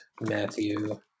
Matthew